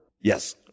Yes